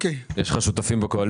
המינהלת היא כאן?